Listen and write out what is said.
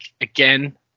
again